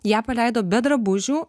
ją paleido be drabužių